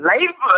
Life